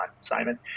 Simon